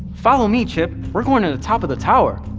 follow me, chip. we're going to the top of the tower!